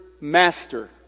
Master